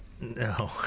no